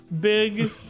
big